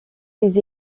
les